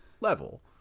level